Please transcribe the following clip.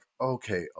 okay